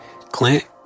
Clint